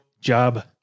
job